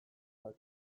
dakar